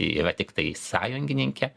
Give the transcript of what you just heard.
ji yra tiktai sąjungininkė